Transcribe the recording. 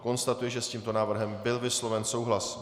Konstatuji, že s tímto návrhem byl vysloven souhlas.